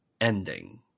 ending